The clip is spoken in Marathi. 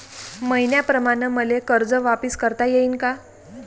मईन्याप्रमाणं मले कर्ज वापिस करता येईन का?